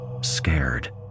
scared